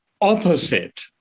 opposite